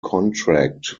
contract